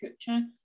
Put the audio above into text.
future